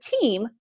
team